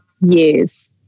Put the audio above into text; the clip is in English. years